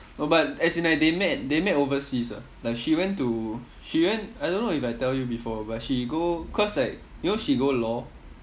no but as in like they met they met overseas ah like she went to she went I don't know if I tell you before but she go cause like you know she go law